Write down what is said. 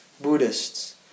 Buddhists